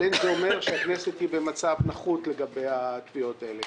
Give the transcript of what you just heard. אבל אין זה אומר שהכנסת היא במצב נחות בתביעות האלה.